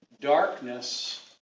darkness